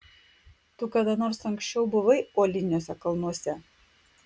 tu kada nors anksčiau buvai uoliniuose kalnuose